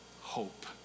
hope